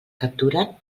capturen